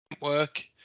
work